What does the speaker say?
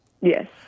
Yes